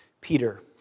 Peter